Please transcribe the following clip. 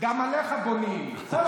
גם עליך בונים, חבר